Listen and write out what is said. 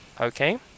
okay